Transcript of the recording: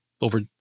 over